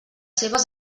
seves